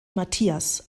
matthias